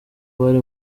bari